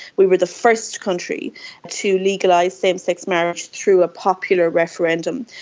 we were the first country to legalise same-sex marriage through a popular referendum.